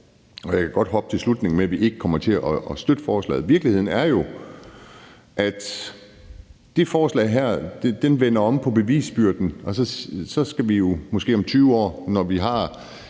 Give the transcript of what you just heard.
og jeg kan godt hoppe til slutningen, nemlig at vi ikke kommer til at støtte forslaget, at det forslag her vender om på bevisbyrden, og så skal vi jo måske om 20 år, når vi har